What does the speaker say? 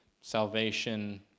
salvation